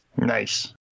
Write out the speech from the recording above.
Nice